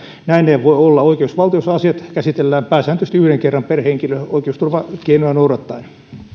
näin ei voi olla oikeusvaltiossa asiat käsitellään pääsääntöisesti yhden kerran per henkilö oikeusturvakeinoja noudattaen